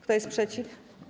Kto jest przeciw?